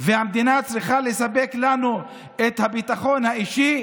אז אם שאלתם את עצמכם איך נראית ממשלה ללא עמוד שדרה,